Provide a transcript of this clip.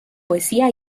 poesía